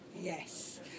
Yes